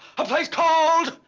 a place called